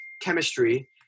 chemistry